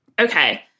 Okay